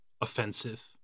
offensive